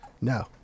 No